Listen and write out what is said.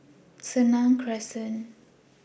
Senang Crescent